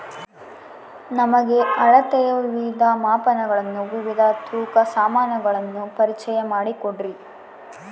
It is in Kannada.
ನಮಗೆ ಅಳತೆಯ ವಿವಿಧ ಮಾಪನಗಳನ್ನು ವಿವಿಧ ತೂಕದ ಸಾಮಾನುಗಳನ್ನು ಪರಿಚಯ ಮಾಡಿಕೊಡ್ರಿ?